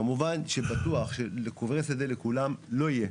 כמובן שבטוח שקברי שדה לכולם לא יהיה.